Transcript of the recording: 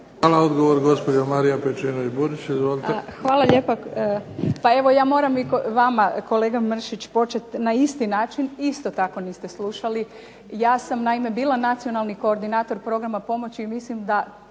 **Pejčinović Burić, Marija (HDZ)** Hvala lijepo. Pa evo ja moram i vama kolega Mršić početi na isti način. Isto tako niste slušali. Ja sam naime bila nacionalni koordinator programa pomoći i mislim da